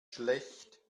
schlecht